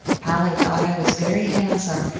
polly thought i was very handsome,